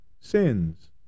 sins